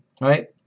Right